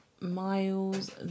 Miles